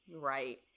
Right